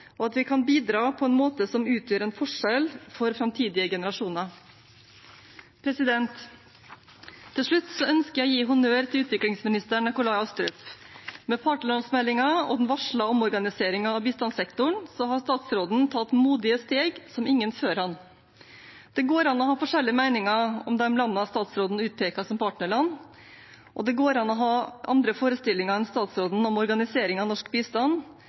og at vi kan bidra på en måte som utgjør en forskjell for framtidige generasjoner. Til slutt ønsker jeg å gi honnør til utviklingsminister Nikolai Astrup. Med partnerlandsmeldingen og den varslede omorganiseringen av bistandssektoren har statsråden tatt modige steg som ingen før ham. Det går an å ha forskjellige meninger om de landene statsråden utpeker som partnerland, og det går an å ha andre forestillinger enn statsråden om organisering av norsk bistand,